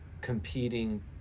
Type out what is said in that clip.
competing